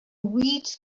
weeds